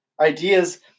ideas